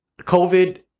covid